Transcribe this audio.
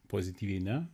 pozityviai ne